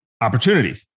opportunity